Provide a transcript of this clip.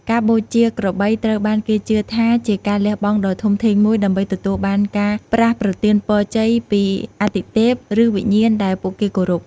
ការបូជាក្របីត្រូវបានគេជឿថាជាការលះបង់ដ៏ធំធេងមួយ ដើម្បីទទួលបានការប្រោសប្រទានពរជ័យពីអាទិទេព ឬវិញ្ញាណដែលពួកគេគោរព។